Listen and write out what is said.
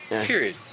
Period